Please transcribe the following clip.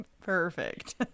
Perfect